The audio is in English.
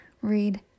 read